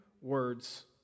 words